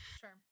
Sure